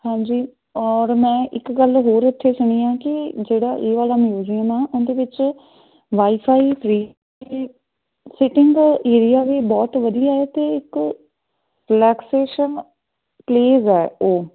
ਹਾਂਜੀ ਔਰ ਮੈਂ ਇੱਕ ਗੱਲ ਹੋਰ ਇੱਥੇ ਸੁਣੀ ਆ ਕਿ ਜਿਹੜਾ ਇਹ ਵਾਲਾ ਮਿਊਜੀਅਮ ਆ ਉਹਦੇ ਵਿੱਚ ਵਾਈਫਾਈ ਫਰੀ ਅਤੇ ਸਿਟਿੰਗ ਏਰੀਆ ਵੀ ਬਹੁਤ ਵਧੀਆ ਹੈ ਅਤੇ ਇੱਕ ਰਿਲੈਕਸੇਸ਼ਨ ਪਲੇਜ਼ ਹੈ ਉਹ